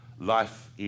life